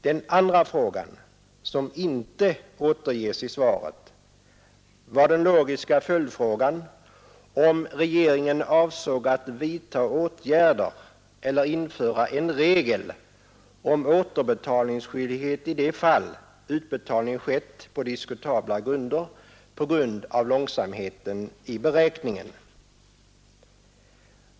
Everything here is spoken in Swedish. Den andra frågan, som inte återges i svaret, var den logiska följdfrågan huruvida regeringen avsåg att vidta åtgärder eller införa en regel om återbetalningsskyldighet i de fall utbetalning skett på diskutabla grunder till följd av långsamheten i beräkningen.